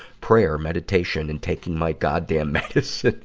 praying, meditation, and taking my goddamn medicine,